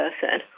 person